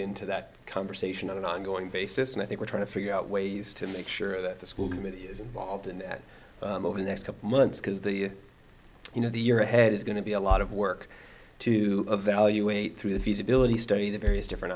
into that conversation on an ongoing basis and i think we're trying to figure out ways to make sure that the school committee is involved in that over the next couple months because the you know the year ahead is going to be a lot of work to evaluate through the feasibility study the various different